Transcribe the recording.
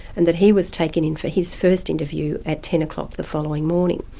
and that he was taken in for his first interview at ten o'clock the following morning.